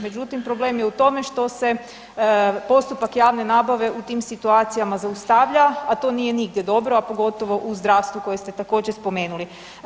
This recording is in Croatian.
Međutim, problem je u tome što se postupak javne nabave u tim situacijama zaustavlja, a to nije nigdje dobro, a pogotovo u zdravstvu koje ste također, spomenuli.